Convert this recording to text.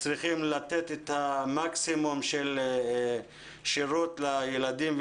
צריכים לתת את מקסימום השירות לתלמידים.